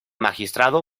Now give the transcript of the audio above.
magistrado